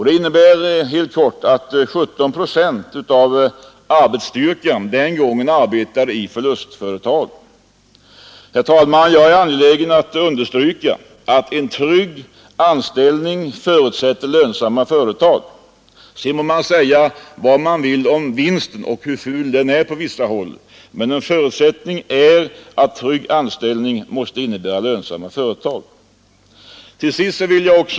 Det innebär att 17 procent av arbetsstyrkan den gången arbetade i förlustföretag. Jag är angelägen om att understryka, herr talman, att en trygg anställning förutsätter lönsamma företag, sedan må man på vissa håll säga vad man vill om hur fult det är att göra vinster. Ett faktum är att en trygg anställning förutsätter lönsamma företag.